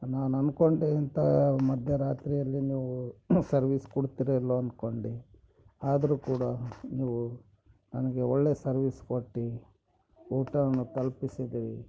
ನಾನು ಅನ್ಕೊಂಡೆ ಅಂಥ ಮಧ್ಯರಾತ್ರಿಯಲ್ಲಿ ನೀವು ಸರ್ವೀಸ್ ಕೊಡ್ತೀರ ಇಲ್ವೊ ಅನ್ಕೊಂಡೆ ಆದರೂ ಕೂಡ ನೀವು ನನಗೆ ಒಳ್ಳೆಯ ಸರ್ವೀಸ್ ಕೊಟ್ಟು ಊಟವನ್ನು ತಲ್ಪಿಸಿದ್ರಿ